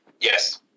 yes